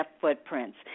footprints